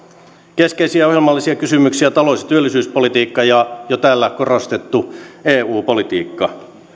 keskeisiä ohjelmallisia kysymyksiä ovat talous ja työllisyyspolitiikka ja jo täällä korostettu eu politiikka